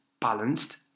balanced